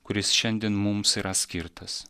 kuris šiandien mums yra skirtas